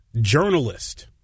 Journalist